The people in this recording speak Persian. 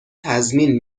تضمین